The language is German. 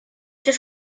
das